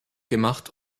gemacht